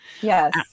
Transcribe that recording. Yes